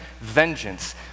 vengeance